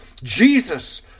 Jesus